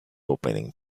opening